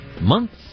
months